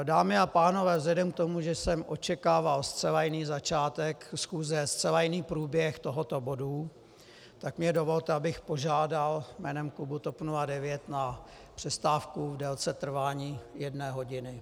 Dámy a pánové, vzhledem k tomu, že jsem očekával zcela jiný začátek schůze, zcela jiný průběh tohoto bodu, tak mi dovolte, abych požádal jménem klubu TOP 09 o přestávku v délce trvání jedné hodiny.